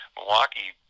Milwaukee